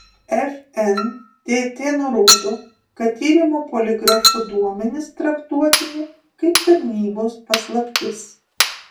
fntt nurodo kad tyrimo poligrafu duomenys traktuotini kaip tarnybos paslaptis